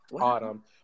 Autumn